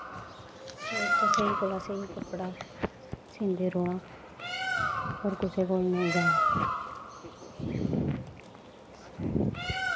स्हेई कोला दा स्होई कपड़ा सींदी र'वां होर कुसै कोल नेईं जांऽ